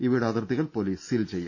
ഇവയുടെ അതിർത്തികൾ police seal ചെയ്യും